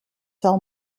cell